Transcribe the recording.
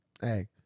hey